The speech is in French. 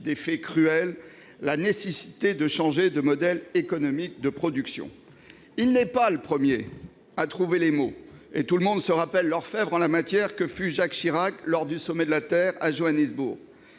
des faits « cruels » et la nécessité de changer de modèle économique de production. Il n'est pas le premier à trouver les mots. Tout le monde se rappelle l'orfèvre en la matière que fut Jacques Chirac, lors du sommet de la Terre, à Johannesburg.